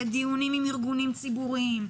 לדיונים עם ארגונים ציבוריים,